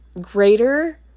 greater